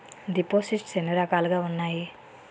దిపోసిస్ట్స్ ఎన్ని రకాలుగా ఉన్నాయి?